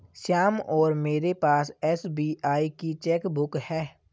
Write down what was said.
श्याम और मेरे पास एस.बी.आई की चैक बुक है